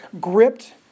gripped